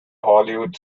hollywood